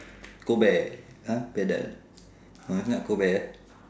crobear !huh! beardile !huh! not crobear